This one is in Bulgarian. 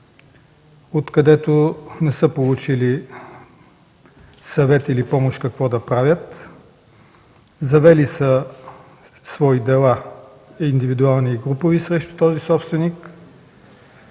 откъдето не са получили съвет или помощ какво да правят. Завели са свои дела – индивидуални и групови срещу собственика,